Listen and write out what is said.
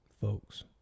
folks